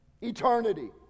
eternity